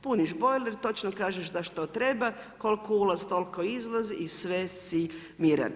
Puniš bojler, točno kažeš za što treba, koliko ulazi, toliko izlazi i sve si miran.